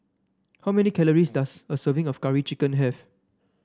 how many calories does a serving of Curry Chicken have